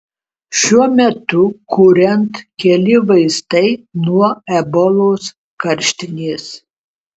šiuo metu kuriant keli vaistai nuo ebolos karštinės